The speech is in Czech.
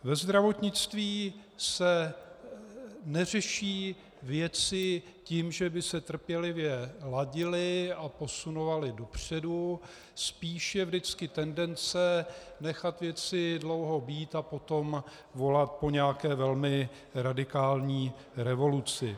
Ve zdravotnictví se neřeší věci tím, že by se trpělivě ladily a posunovaly dopředu, spíš je vždycky tendence nechat věci dlouho být a potom volat po nějaké velmi radikální revoluci.